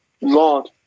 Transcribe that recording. Lord